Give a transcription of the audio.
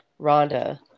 Rhonda